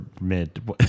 mid